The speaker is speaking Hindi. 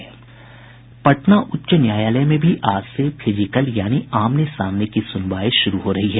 इस बीच पटना उच्च न्यायालय में भी आज से फिजिकल यानी आमने सामने की सुनवाई शुरू हो रही है